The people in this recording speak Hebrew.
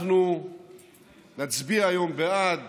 אנחנו נצביע היום בעד